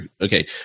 Okay